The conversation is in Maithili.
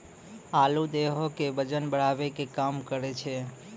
आलू देहो के बजन बढ़ावै के काम करै छै